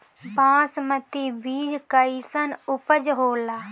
बासमती बीज कईसन उपज होला?